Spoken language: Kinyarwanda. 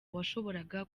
washoboraga